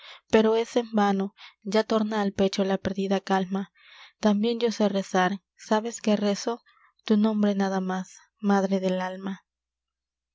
pero es en vano ya torna al pecho la perdida calma tambien yo sé rezar sabes qué rezo tu nombre nada más madre del alma